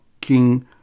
king